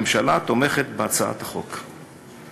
הממשלה תומכת בהצעת החוק.